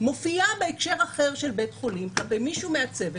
מופיעה בהקשר אחר של בית חולים כלפי מישהו מהצוות.